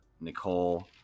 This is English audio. Nicole